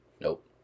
Nope